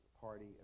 party